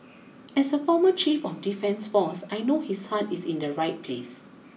as a former chief of defence force I know his heart is in the right place